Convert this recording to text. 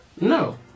No